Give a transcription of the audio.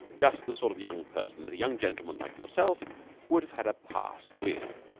just the sort of young person that a young gentleman like yourself would have had a past with.